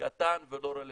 קטן ולא רלוונטי?